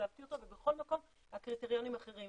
תקצבתי אותו ובכל מקום הקריטריונים אחרים,